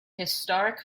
historic